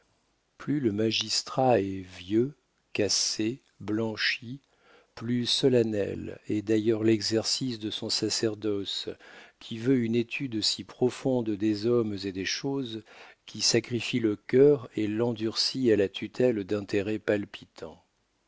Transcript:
plus le magistrat est vieux cassé blanchi plus solennel est d'ailleurs l'exercice de son sacerdoce qui veut une étude si profonde des hommes et des choses qui sacrifie le cœur et l'endurcit à la tutelle d'intérêts palpitants